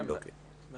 אני